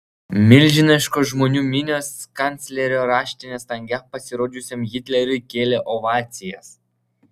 milžiniškos žmonių minios kanclerio raštinės lange pasirodžiusiam hitleriui kėlė ovacijas